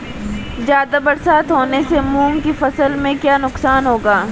ज़्यादा बरसात होने से मूंग की फसल में क्या नुकसान होगा?